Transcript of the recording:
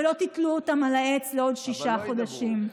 ולא תתלו אותם על העץ לעוד שישה חודשים.